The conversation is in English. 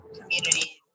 community